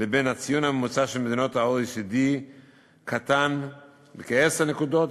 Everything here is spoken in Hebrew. לבין הציון הממוצע של מדינות ה-OECD הוא בכעשר נקודות,